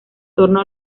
torno